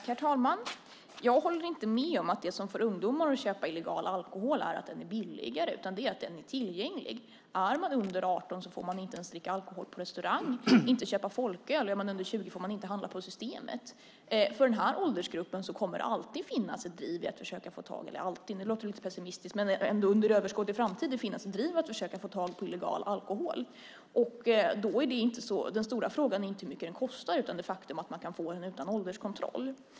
Herr talman! Jag håller inte med om att det som får ungdomar att köpa illegal alkohol är att den är billigare utan det är att den är tillgänglig. Är man under 18 får man inte dricka alkohol ens på restaurang och inte köpa folköl. Är man under 20 får man inte handla på Systemet. För den här åldersgruppen kommer det alltid - alltid låter pessimistiskt, men under överskådlig framtid - att finnas ett driv att försöka få tag på illegal alkohol. Då är den stora frågan inte hur mycket den kostar utan det faktum att man kan få den utan ålderskontroll.